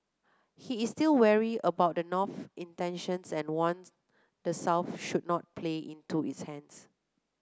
he is still wary about the North's intentions and warns the South should not play into its hands